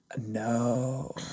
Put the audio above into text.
no